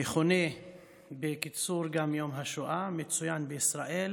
המכונה בקיצור גם יום השואה, מצוין בישראל